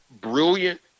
brilliant